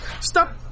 stop